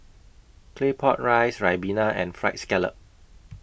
Claypot Rice Ribena and Fried Scallop